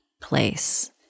place